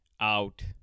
out